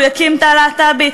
הוא יקים תא להט"בי,